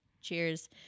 Cheers